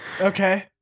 Okay